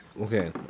Okay